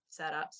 setups